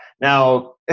Now